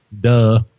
duh